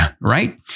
right